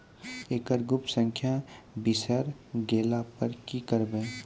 एकरऽ गुप्त संख्या बिसैर गेला पर की करवै?